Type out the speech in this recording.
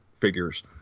figures